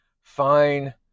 fine